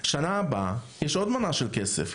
שנה הבאה יש עוד מנה של כסף.